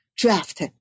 draft